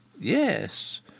yes